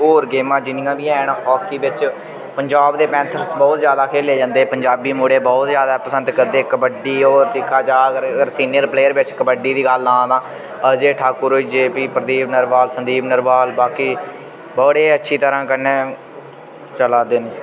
होर गेमां जिन्नियां बी हैन हाकी बिच्च पंजाब दे पैंथर्स बोह्त ज्यादा खेले जंदे पंजाबी मुड़े बोह्त ज़्यादा पसंद करदे कबड्डी होर दिक्खा जा अगर सीनियर प्लेयर बिच्च कबड्डी दी गल्ल लां तां अजय ठाकुर होई गे फ्ही प्रदीप नरवाल संदीप नरवाल बाकी बड़े अच्छी तरह कन्नै चलै दे न